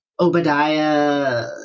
Obadiah